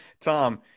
Tom